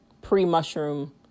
pre-mushroom